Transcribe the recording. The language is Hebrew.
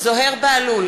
זוהיר בהלול,